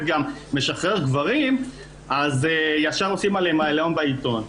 משחרר גברים אז ישר עושים עליו עליהום בעיתון.